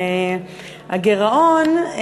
הגירעון,